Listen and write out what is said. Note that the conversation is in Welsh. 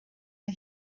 mae